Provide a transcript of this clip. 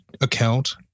account